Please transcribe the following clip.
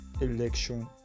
election